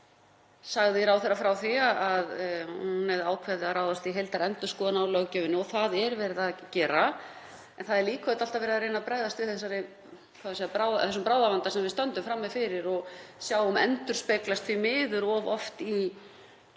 mars sagði ráðherra frá því að hún hefði ákveðið að ráðast í heildarendurskoðun á löggjöfinni og það er verið að gera. En það er líka auðvitað alltaf verið að reyna að bregðast við þeim bráðavanda sem við stöndum frammi fyrir og sjáum endurspeglast því miður of oft í slæmum